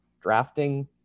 drafting